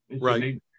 Right